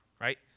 right